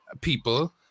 people